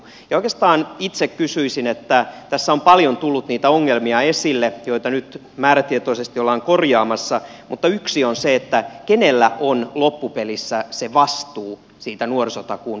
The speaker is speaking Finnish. oikeastaan itse kysyisin siitä kun tässä on paljon tullut esille niitä ongelmia joita nyt määrätietoisesti ollaan korjaamassa mutta yksi on se kenellä on loppupelissä se vastuu siitä nuorisotakuun toteutumisesta